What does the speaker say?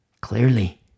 clearly